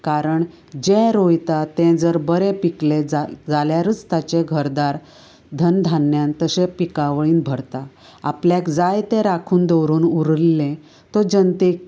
कारण जें रोयता तें जर बरें पिकलें जाल्यारूच ताजें घरदार धन धान्यान तशें पिकावळीन भरता आपल्याक जाय तें राखून दवरून उरिल्लें तो जनतेक